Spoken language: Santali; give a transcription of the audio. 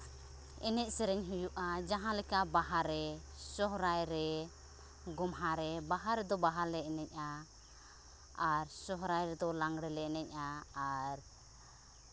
ᱮᱱᱮᱡ ᱥᱮᱨᱮᱧ ᱦᱩᱭᱩᱜᱼᱟ ᱡᱟᱦᱟᱸ ᱞᱮᱠᱟ ᱵᱟᱦᱟᱨᱮ ᱥᱚᱦᱚᱨᱟᱭ ᱨᱮ ᱜᱚᱢᱦᱟ ᱨᱮ ᱵᱟᱦᱟ ᱨᱮᱫᱚ ᱵᱟᱦᱟᱞᱮ ᱮᱱᱮᱡᱼᱟ ᱟᱨ ᱥᱚᱦᱚᱨᱟᱭ ᱨᱮᱫᱚ ᱞᱟᱜᱽᱬᱮ ᱞᱮ ᱮᱱᱮᱡᱼᱟ ᱟᱨ